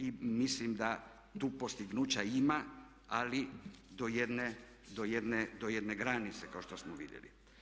I mislim da tu postignuća ima ali do jedne granice kao što smo vidjeli.